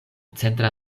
centra